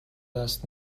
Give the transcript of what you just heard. دست